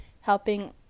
helping